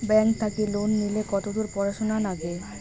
Bank থাকি loan নিলে কতদূর পড়াশুনা নাগে?